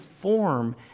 form